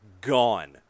gone